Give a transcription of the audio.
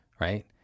right